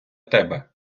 тебе